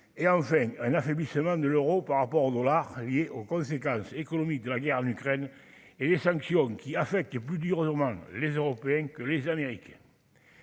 et en fait un affaiblissement de l'Euro par rapport au dollar liée aux conséquences économiques de la guerre, l'Ukraine et les sanctions qui a fait, qui est plus dur au monde, les Européens que les Américains.